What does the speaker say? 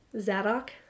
Zadok